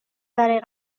برای